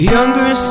Younger